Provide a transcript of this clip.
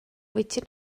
võtsid